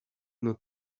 not